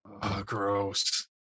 Gross